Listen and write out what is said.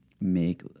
make